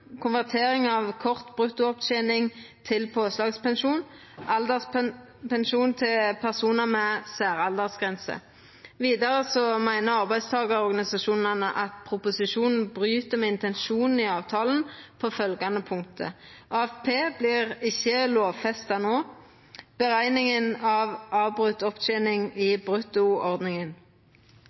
konvertering av kort bruttoopptening til påslagspensjon og alderspensjon til personar med særaldersgrense. Vidare meiner arbeidstakarorganisasjonane at proposisjonen bryt med intensjonen i avtalen på følgjande punkt: at AFP ikkje vert lovfesta no, og berekninga av avbroten opptening i bruttoordninga.